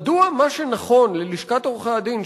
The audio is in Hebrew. מדוע מה שנכון ללשכת עורכי-הדין,